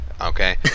okay